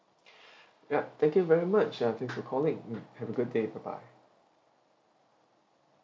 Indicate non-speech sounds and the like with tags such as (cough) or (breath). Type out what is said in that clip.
(breath) ya thank you very much ya thank you for calling mm have a good day bye bye